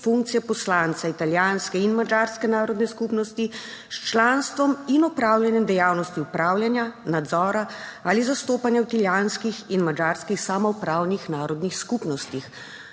funkcije poslanca italijanske in madžarske narodne skupnosti s članstvom in opravljanjem dejavnosti upravljanja, nadzora ali zastopanja v italijanskih in madžarskih samoupravnih narodnih skupnostih,